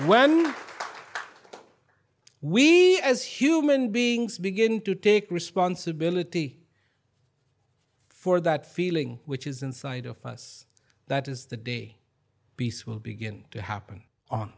when we as human beings begin to take responsibility for that feeling which is inside of us that is the day peace will begin to happen on